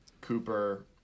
Cooper